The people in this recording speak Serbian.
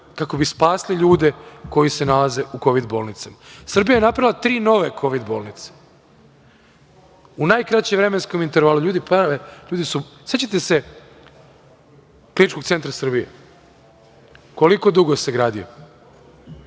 kako bi spasili ljude koji se nalaze u kovid bolnicama. Srbija je napravila tri nove kovid bolnice, u najkraćem vremenskom intervalu. Sećate se Kliničkog centra Srbije, koliko dugo se gradio,